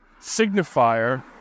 signifier